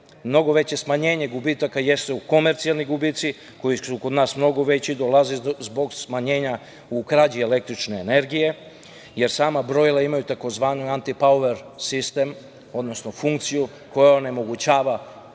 mnogo veće smanjenje gubitaka jesu komercijalni gubici koji su kod nas mnogo veći i dolazi zbog smanjenja u krađi električne energije, jer sama brojila imaju takozvanu „antipauer sistem“, odnosno funkciju koja onemogućava